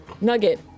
Nugget